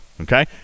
Okay